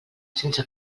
sense